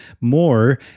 more